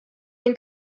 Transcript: den